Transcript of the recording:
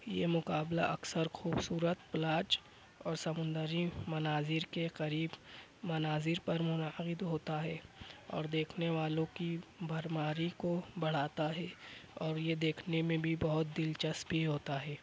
یہ مقابلہ اکثر خوبصورت اور سمندری مناظر کے قریب مناظر پر ہوتا ہے اور دیکھنے والوں کی بھرماری کو بڑھاتا ہے اور یہ دیکھنے میں بھی بہت دلچسپ بھی ہوتا ہے